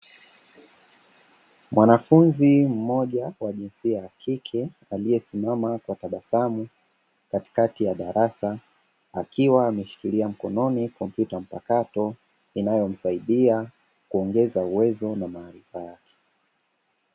Mwanafunzi mmoja wa jinsia ya kike aliyesimama kwa tabasamu katikati ya darasa akiwa ameshikilia mkononi kompyuta mpakato inayomsaidia kuongeza uwezo na maarifa yake.